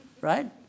Right